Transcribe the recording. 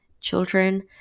children